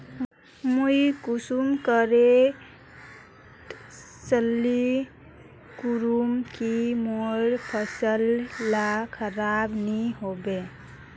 मुई कुंसम करे तसल्ली करूम की मोर फसल ला खराब नी होबे?